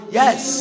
yes